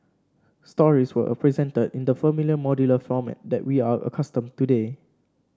stories were presented in the familiar modular format that we are accustomed today